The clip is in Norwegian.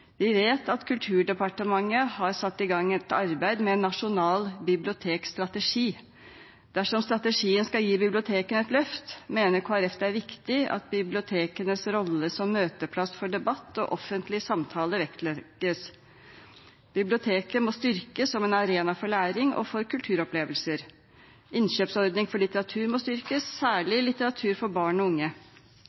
Vi vet at Kulturdepartementet har satt i gang et arbeid med nasjonal bibliotekstrategi. Dersom strategien skal gi bibliotekene et løft, mener Kristelig Folkeparti det er viktig at bibliotekenes rolle som møteplass for debatt og offentlig samtale vektlegges. Biblioteket må styrkes som en arena for læring og for kulturopplevelser. Innkjøpsordningen for litteratur må styrkes, særlig litteratur for barn og unge.